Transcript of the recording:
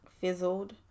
fizzled